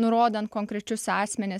nurodant konkrečius asmenis